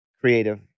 creative